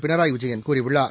பிணராயிவிஜயன்கூறியுள்ளார்